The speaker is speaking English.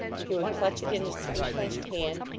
he would clutch it in his tight-clenched hand,